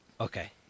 Okay